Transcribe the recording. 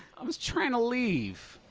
i was trying to leave.